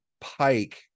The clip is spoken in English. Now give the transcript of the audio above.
pike